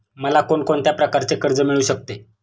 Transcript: मला कोण कोणत्या प्रकारचे कर्ज मिळू शकते?